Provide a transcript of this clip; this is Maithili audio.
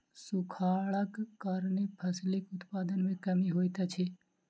सूखाड़क कारणेँ फसिलक उत्पादन में कमी होइत अछि